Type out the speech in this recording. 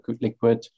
liquid